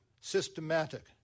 systematic